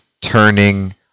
turning